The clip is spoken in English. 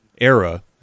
era